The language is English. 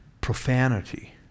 profanity